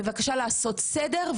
בבקשה לעשות סדר.